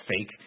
fake